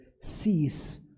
cease